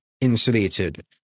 insulated